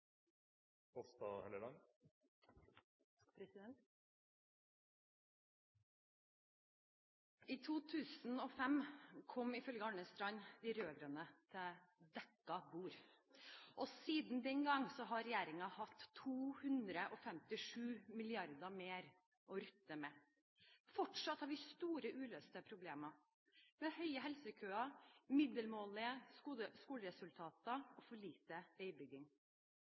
I 2005 kom ifølge Arne Strand de rød-grønne «til dekket bord». Siden den gang har regjeringen hatt 257 mrd. kr mer å rutte med. Fortsatt har vi store uløste problemer, med lange helsekøer, middelmådige skoleresultater og for lite veibygging.